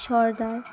সর্দার